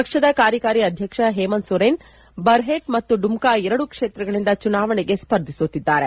ಪಕ್ಷದ ಕಾರ್ಯಕಾರಿ ಅಧ್ಯಕ್ಷ ಹೇಮಂತ್ ಸೊರೆನ್ ಅವರು ಬರ್ಹೆಟ್ ಮತ್ತು ಡುಮ್ನಾ ಎರಡು ಕ್ಷೇತ್ರಗಳಿಂದ ಚುನಾವಣೆಗೆ ಸ್ಪರ್ಧಿಸುತ್ತಿದ್ದಾರೆ